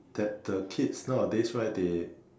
that the kids nowadays right they